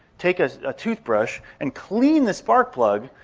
take a ah toothbrush and clean the sparkplug,